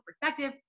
perspective